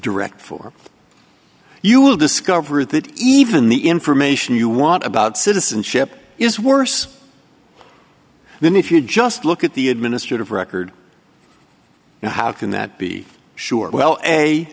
director for you will discover that even the information you want about citizenship is worse than if you just look at the administrative record and how can that be sure well